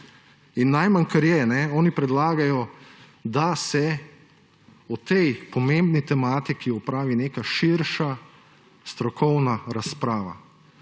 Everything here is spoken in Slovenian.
Najmanj, kar je, oni predlagajo, da se o tej pomembni tematiki opravi neka širša strokovna razprava.